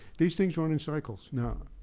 these things run in cycles. now,